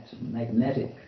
magnetic